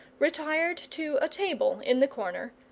retired to a table in the corner,